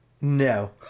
no